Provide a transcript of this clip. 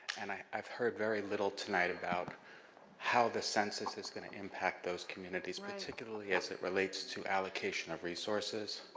and i've heard very little tonight about how the census is gonna impact those communities, particularly as it relates to allocation of resources.